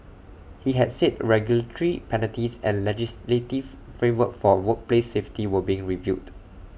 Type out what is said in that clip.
he had said regulatory penalties and legislative framework for workplace safety were being reviewed